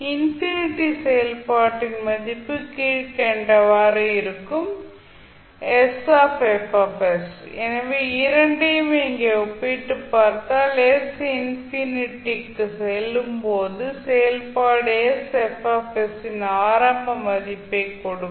infinity செயல்பாட்டின் மதிப்பு கீழ்கண்டவாறு இருக்கும் எனவே இரண்டையும் இங்கே ஒப்பிட்டுப் பார்த்தால் s இன்ஃபினிட்டி க்கு செல்லும்போது செயல்பாடு மதிப்பு ஆரம்ப மதிப்பை கொடுக்கும்